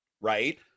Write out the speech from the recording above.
right